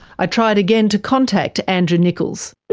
i tried again to contact andrew nickolls.